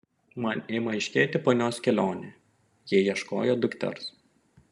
man ima aiškėti ponios kelionė ji ieškojo dukters